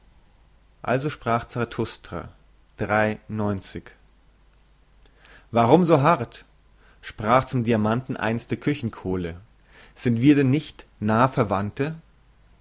also sprach zarathustra warum so hart sprach zum diamanten einst die küchen kohle sind wir denn nicht nah verwandte